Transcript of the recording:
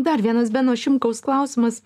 dar vienas beno šimkaus klausimas